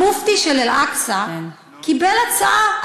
המופתי של אל-אקצא קיבל הצעה,